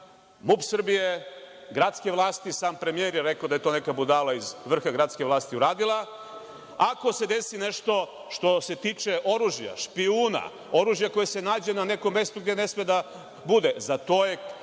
MUP Srbije, gradske vlasti, sam premijer je rekao da je to neka budala iz vrha gradske vlasti uradila. Ako se desi nešto što se tiče oružja, špijuna, oružja koje se nađe na nekom mestu gde ne sme da bude, za to je